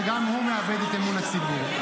שגם הוא מאבד את אמון הציבור.